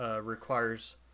requires